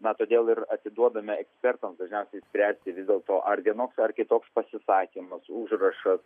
na todėl ir atiduodame ekspertams dažniausiai spręsti vis dėlto ar vienoks ar kitoks pasisakymas užrašas